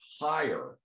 higher